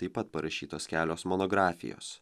taip pat parašytos kelios monografijos